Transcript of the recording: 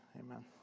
Amen